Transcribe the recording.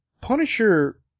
Punisher